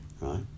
right